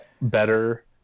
better